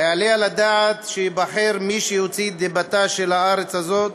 היעלה על הדעת שייבחר מי שהוציא את דיבתה של הארץ הזאת?